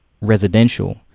residential